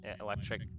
electric